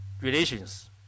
relations